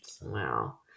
Wow